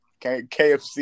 KFC